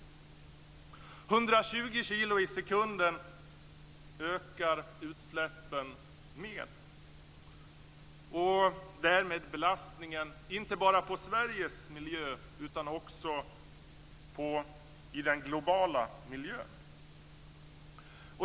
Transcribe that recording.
120 kilo i sekunden ökar utsläppen med, och därmed belastningen inte bara på Sveriges miljö utan också på den globala miljön.